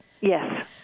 Yes